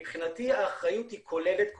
מבחינתי האחריות היא כוללת,